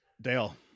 Dale